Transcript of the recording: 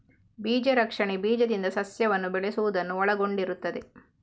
ಬೀಜ ರಕ್ಷಣೆ ಬೀಜದಿಂದ ಸಸ್ಯವನ್ನು ಬೆಳೆಸುವುದನ್ನು ಒಳಗೊಂಡಿರುತ್ತದೆ